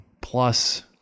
plus